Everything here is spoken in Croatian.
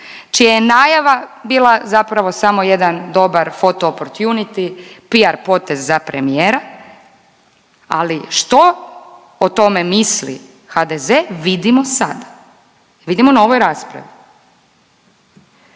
čija je najava bila zapravo samo jedan dobar Photo opportunity, PR potez za premijera, ali što o tome misli HDZ vidimo sada, vidimo na ovoj raspravi.